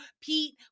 Pete